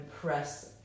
press